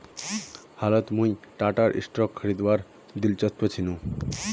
हालत मुई टाटार स्टॉक खरीदवात दिलचस्प छिनु